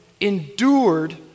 endured